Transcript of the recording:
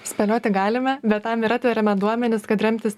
spėlioti galime bet tam ir atveriame duomenis kad remtis